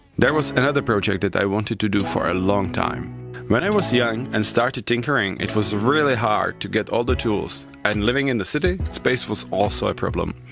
there was another project that i wanted to do for a long time. when i was young and started tinkering it was really hard to get all the tools and living in the city, space was also a problem.